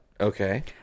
okay